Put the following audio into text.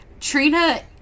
trina